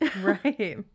Right